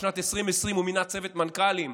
בשנת 2020 הוא מינה צוות מנכ"לים,